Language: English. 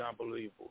unbelievable